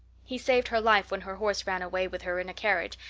he saved her life when her horse ran away with her in a carriage,